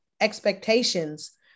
expectations